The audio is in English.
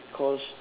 because